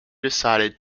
decided